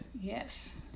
Yes